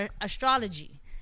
astrology